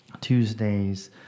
Tuesdays